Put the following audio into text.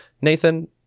Nathan